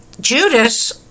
Judas